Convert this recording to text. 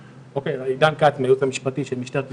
אני מהייעוץ המשפטי של משטרת ישראל.